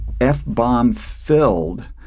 F-bomb-filled